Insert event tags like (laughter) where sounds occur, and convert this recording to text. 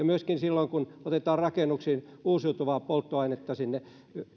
(unintelligible) myöskin silloin kun otetaan rakennuksiin uusiutuvaa polttoainetta